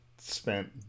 spent